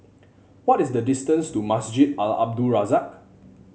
what is the distance to Masjid Al Abdul Razak